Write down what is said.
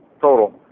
total